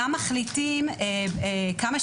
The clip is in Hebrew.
גם מחליטים כמה שעות.